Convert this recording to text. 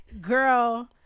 Girl